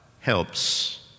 helps